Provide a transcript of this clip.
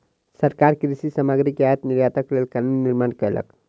सरकार कृषि सामग्री के आयात निर्यातक लेल कानून निर्माण कयलक